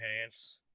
hands